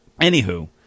anywho